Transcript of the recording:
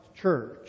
church